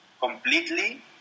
completely